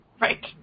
Right